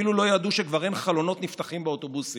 ואפילו לא ידעו שכבר אין חלונות נפתחים באוטובוסים.